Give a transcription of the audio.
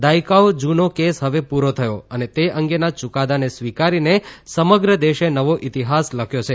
દાયકાઓ જૂનો કેસ હવે પૂરો થયો અને તે અંગેના યૂકાદાને સ્વીકારીને સમગ્ર દેશે નવો ઇતિહાસ લખ્યો છે